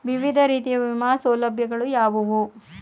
ವಿವಿಧ ರೀತಿಯ ವಿಮಾ ಸೌಲಭ್ಯಗಳು ಯಾವುವು?